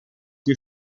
die